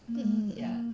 mm